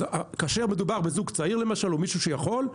אז כאשר מדובר בזוג צעיר למשל או מישהו שיכול,